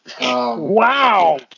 Wow